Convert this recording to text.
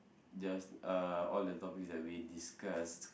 just uh all the topics that we discussed